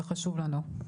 זה חשוב לנו.